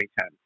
2010